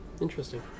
interesting